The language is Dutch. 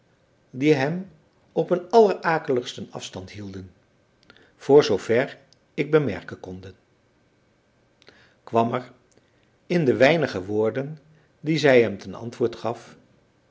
die hem op een allerakeligsten afstand hielden voor zoo ver ik bemerken konde kwam er in de weinige woorden die zij hem ten antwoord gaf